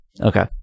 Okay